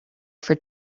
for